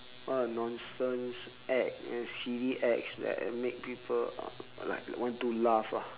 all the nonsense act and silly acts that make people uh like want to laugh ah